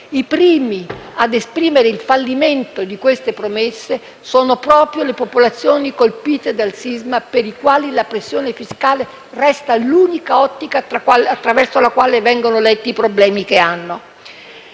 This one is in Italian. I primi a esprimere il fallimento di queste promesse sono proprio le popolazioni colpite dal sisma per i quali la pressione fiscale resta l'unica ottica attraverso la quale vengono letti i loro problemi. Possiamo